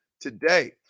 today